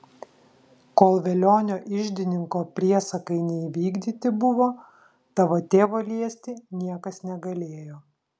kol velionio iždininko priesakai neįvykdyti buvo tavo tėvo liesti niekas negalėjo